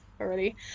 already